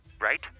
right